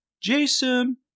Jason